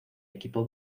equipo